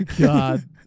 God